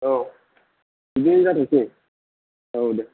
औ बिदिनो जाथोंसै औ दे